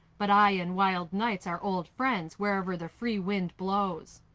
but i and wild nights are old friends wherever the free wind blows.